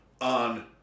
on